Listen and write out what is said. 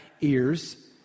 ears